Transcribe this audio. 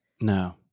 no